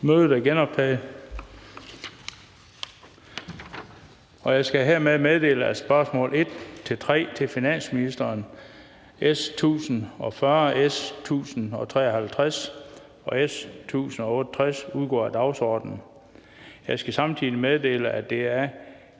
Mødet er genoptaget. Jeg skal hermed meddele, at spørgsmål 1-3 til finansministeren (S 1040, S 1053 og S 1068) udgår af dagsordenen. Jeg skal samtidig meddele, at det af